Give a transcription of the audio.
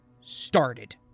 started